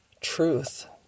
truth